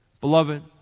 Beloved